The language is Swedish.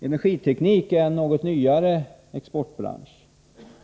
Energiteknik är en något nyare exportbransch.